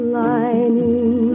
lining